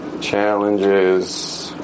challenges